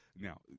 Now